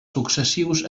successius